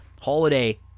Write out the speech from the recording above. Holiday